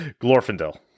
Glorfindel